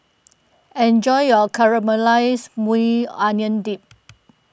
enjoy your Caramelized Maui Onion Dip